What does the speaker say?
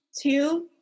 Two